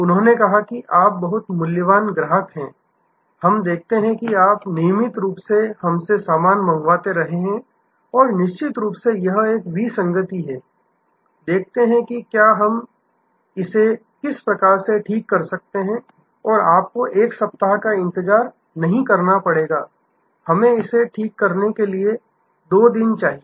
उन्होंने कहा कि आप बहुत मूल्यवान ग्राहक हैं हम देखते हैं कि आप नियमित रूप से हमसे सामान मंगवाते रहे हैं और निश्चित रूप से यह एक विसंगति है देखते हैं कि क्या हम इसे किस प्रकार ठीक कर सकते हैं और आपको एक सप्ताह तक इंतजार नहीं करना पड़ेगा हमें इसे ठीक करने के लिए हमें 2 दिन चाहिए